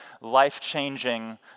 life-changing